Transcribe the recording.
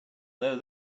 know